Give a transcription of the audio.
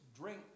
drink